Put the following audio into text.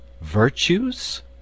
VIRTUES